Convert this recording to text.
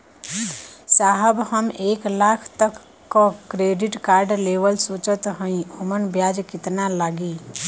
साहब हम एक लाख तक क क्रेडिट कार्ड लेवल सोचत हई ओमन ब्याज कितना लागि?